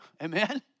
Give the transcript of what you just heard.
Amen